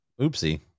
oopsie